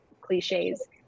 cliches